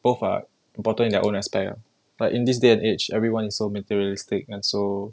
both are important in their own aspect ah like in this day and age everyone is so materialistic and so